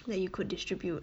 that you could distribute